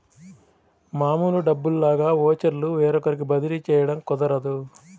మామూలు డబ్బుల్లాగా ఓచర్లు వేరొకరికి బదిలీ చేయడం కుదరదు